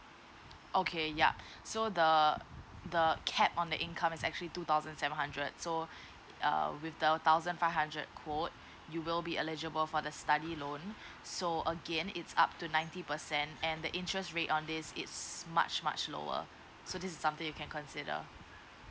okay yeah so the the cap on the income is actually two thousand seven hundred so err with the thousand five hundred quote you will be eligible for the study loan so again it's up to ninety percent and the interest rate on this it's much much lower so this is something you can consider